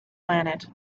planet